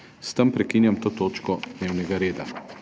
S tem prekinjam to točko dnevnega reda.